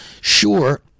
sure